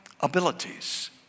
abilities